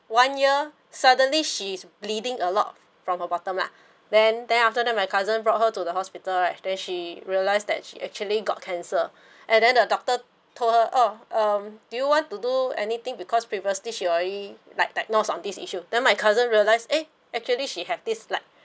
one year suddenly she's bleeding a lot from her bottom lah then then after that my cousin brought her to the hospital right then she realise that she actually got cancer and then the doctor told her oh um do you want to do anything because previously she already like diagnosed on this issue then my cousin realise eh actually she have this like